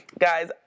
Guys